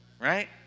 Right